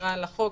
סקירה על החוק,